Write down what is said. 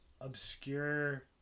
obscure